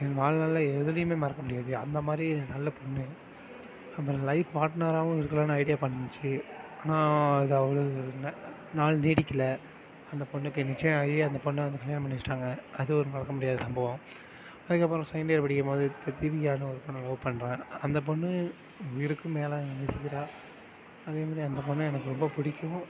என் வாழ்நாளில் எதுலேயுமே மறக்க முடியாது அந்த மாதிரி நல்ல பொண்ணு அப்பறம் லைஃப் பார்ட்னராவும் இருக்கலாம்னு ஐடியா பண்ணுச்சு ஆனால் அது அவ்வளோ நாள் நீடிக்கல அந்த பொண்ணுக்கு நிச்சயம் ஆகி அந்த பொண்ணை வந்து கல்யாணம் பண்ணி வெச்சிட்டாங்க அது ஒரு மறக்க முடியாத சம்பவம் அதுக்கப்பறம் செகன்ட் இயர் படிக்கும்போது தீபிகான்னு ஒரு பொண்ணை லவ் பண்றேன் அந்த பொண்ணு உயிருக்கும் மேலா நேசிக்கிறாள் அதே மாதிரி அந்த பொண்ணை எனக்கு ரொம்ப பிடிக்கும்